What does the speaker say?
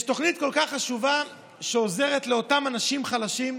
יש תוכנית כל כך חשובה שעוזרת לאותם אנשים חלשים,